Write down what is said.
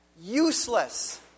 Useless